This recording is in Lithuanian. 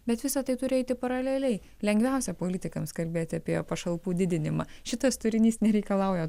bet visa tai turi eiti paraleliai lengviausia politikams kalbėti apie pašalpų didinimą šitas turinys nereikalauja